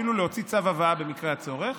ואפילו להוציא צו הבאה במקרה הצורך,